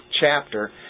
chapter